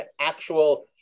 actual